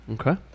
Okay